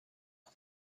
who